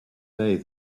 day